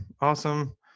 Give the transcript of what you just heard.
Awesome